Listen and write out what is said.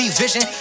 vision